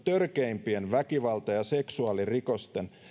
törkeimpien väkivalta ja seksuaalirikosten